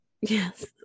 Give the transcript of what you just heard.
yes